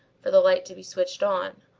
for the light to be switched on,